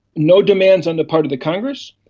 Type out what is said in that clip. no demands on the part of the congress,